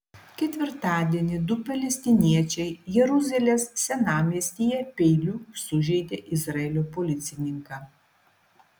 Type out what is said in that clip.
ketvirtadienį du palestiniečiai jeruzalės senamiestyje peiliu sužeidė izraelio policininką